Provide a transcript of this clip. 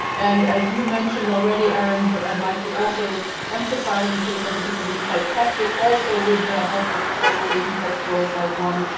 and as you mentioned already, aaron, but i'd like to also emphasize in case other people didn't quite catch it, also with the help of organizations like pluralsight one,